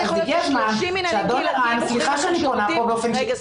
אז הגיע הזמן שאדון ערן סליחה שאני פונה באופן --- רגע,